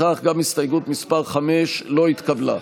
לפיכך גם הסתייגות מס' 5 לא התקבלה.